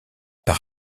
par